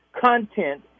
content